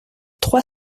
trois